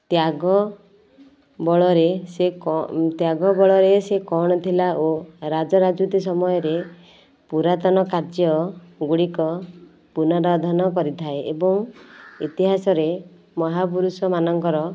ତ୍ୟାଗ ବଳରେ ସେ କ'ଣ ତ୍ୟାଗ ବଳରେ ସେ କଣ ଥିଲା ଓ ରାଜା ରାଜୁତି ସମୟରେ ପୁରାତନ କାର୍ଯ୍ୟ ଗୁଡ଼ିକ ପୁନାରୁଦ୍ଧାନ କରିଥାଏ ଏବଂ ଇତିହାସରେ ମହାପୁରୁଷ ମାନଙ୍କର